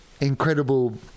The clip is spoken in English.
incredible